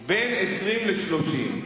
20. בין 20 ל-30.